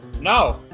No